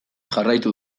jarraitu